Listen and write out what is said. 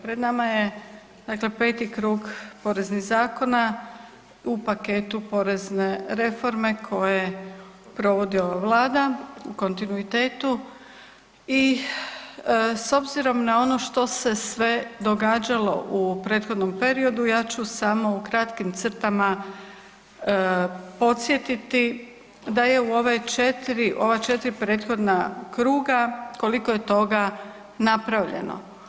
Pred nama je dakle 5. krug poreznih zakona u pokretu porezne reforme koje provodi ova Vlada u kontinuitetu i s obzirom na ono što se sve događalo u prethodnom periodu, ja ću samo u kratkim crtama podsjetiti da je u ove 4, ova 4 prethodna kruga, koliko je toga napravljeno.